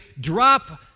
drop